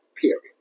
Period